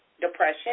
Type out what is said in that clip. depression